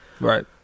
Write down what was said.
right